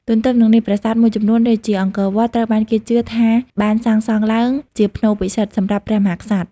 ទទ្ទឹមនឹងនេះ ប្រាសាទមួយចំនួន ដូចជាអង្គរវត្ត ត្រូវបានគេជឿថាបានសាងសង់ឡើងជាផ្នូរពិសិដ្ឋ សម្រាប់ព្រះមហាក្សត្រ។